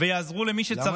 ויעזרו למי שצריך.